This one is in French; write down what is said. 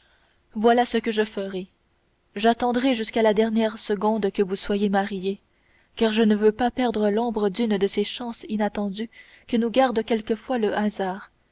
voilà ce que je ferai j'attendrai jusqu'à la dernière seconde que vous soyez mariée car je ne veux pas perdre l'ombre d'une de ces chances inattendues que nous garde quelquefois le hasard